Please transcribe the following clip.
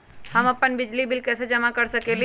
हम अपन बिजली बिल कैसे जमा कर सकेली?